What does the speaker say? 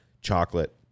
chocolate